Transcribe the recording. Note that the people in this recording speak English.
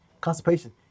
Constipation